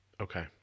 Okay